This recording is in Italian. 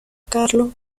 carlo